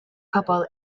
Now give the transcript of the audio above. pobl